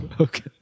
Okay